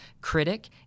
critic